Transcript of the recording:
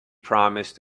promised